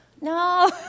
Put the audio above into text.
no